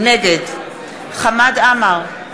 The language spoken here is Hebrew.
נגד חמד עמאר,